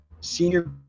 senior